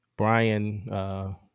Brian